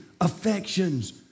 affections